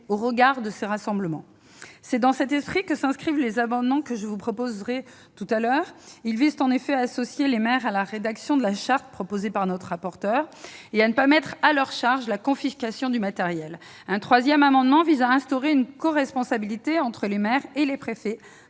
à l'égard de ces événements. C'est dans cet esprit que s'inscrivent les amendements que je défendrai tout à l'heure. Ils visent respectivement à associer les maires à la rédaction de la charte proposée par le rapporteur, à ne pas mettre à leur charge la confiscation du matériel et à instaurer une coresponsabilité entre les maires et les préfets